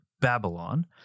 Babylon